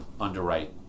underwrite